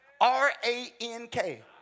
R-A-N-K